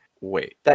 wait